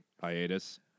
hiatus